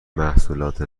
محصولات